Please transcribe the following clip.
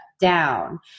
Down